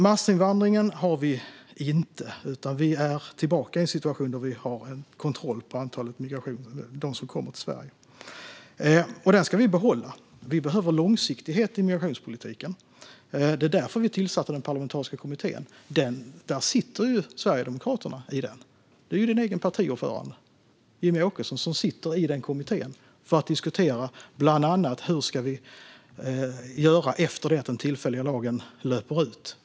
Massinvandring har vi inte, utan vi är tillbaka i en situation då vi har kontroll på dem som kommer till Sverige. Denna kontroll ska vi behålla. Vi behöver långsiktighet i migrationspolitiken. Det var därför vi tillsatte den parlamentariska kommittén, och där sitter ju Sverigedemokraterna. Richard Jomshofs egen partiordförande Jimmie Åkesson sitter i denna kommitté för att diskutera bland annat hur vi ska göra efter att den tillfälliga lagen löper ut.